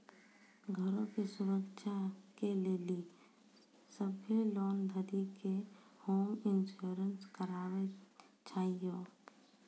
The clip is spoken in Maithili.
घरो के सुरक्षा के लेली सभ्भे लोन धारी के होम इंश्योरेंस कराना छाहियो